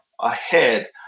ahead